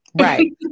right